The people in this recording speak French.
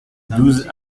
douze